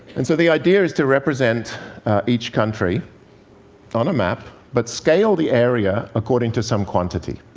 and so the idea is to represent each country on a map, but scale the area according to some quantity.